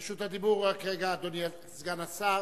רשות הדיבור, רק רגע, אדוני סגן שר